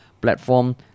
platform